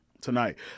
tonight